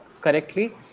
correctly